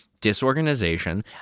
disorganization